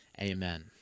Amen